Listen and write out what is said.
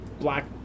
black